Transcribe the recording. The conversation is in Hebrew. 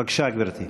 בבקשה, גברתי.